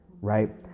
right